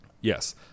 Yes